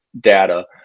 data